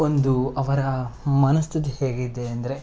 ಒಂದು ಅವರ ಮನಸ್ಥಿತಿ ಹೇಗಿದೆ ಅಂದರೆ